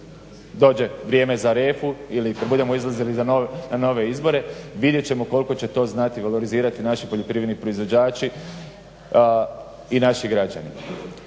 ne razumije./… ili kad budemo izlazili na nove izbore vidjet ćemo koliko će to znati valorizirati naši poljoprivredni proizvođači i naši građani.